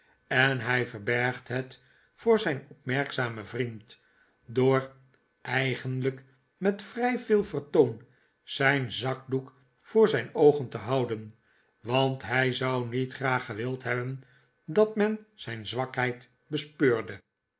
en hij verbergt het voor zijn opmerkzamen vriend door eigenlijk met vrij veel vertoon zijn zakdoek voor zijn oogen te houden want hij zou niet graag gewild hebben dat men zijn zwakheid bespeurde